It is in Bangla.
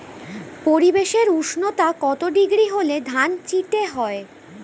পরিবেশের উষ্ণতা কত ডিগ্রি হলে ধান চিটে হয়?